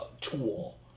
tool